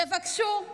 ויבקשו השוואה.